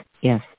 Yes